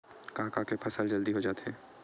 का का के फसल जल्दी हो जाथे?